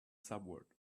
subword